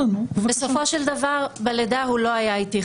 בסופו של דבר בלידה הוא לא היה אתי.